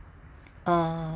uh